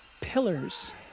pillars